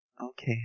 Okay